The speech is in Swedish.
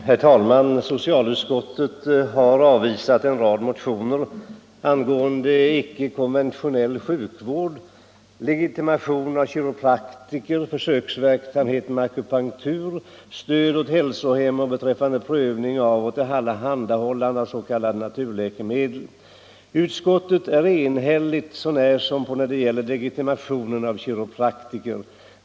Utskottet är enigt så när som då det gäller legitimation av kiropraktorer.